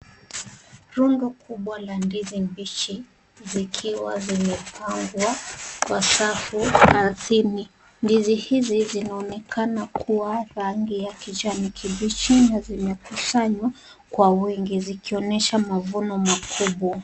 Rundo kubwa la ndizi mbichi zikiwa zimepangwa kwa safu ardhini. Ndizi hizi zinaonekana kuwa rangi ya kijani kibichi na zimekusanywa kwa wingi zikionyesha mavuno makubwa.